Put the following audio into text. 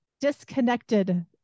disconnected